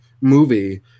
movie